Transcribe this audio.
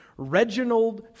Reginald